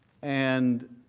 and